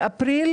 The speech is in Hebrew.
באפריל